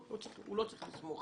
הוא לא צריך לסמוך